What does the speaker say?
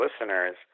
listeners